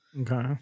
Okay